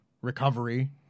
recovery